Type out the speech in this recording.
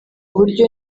buryo